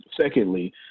secondly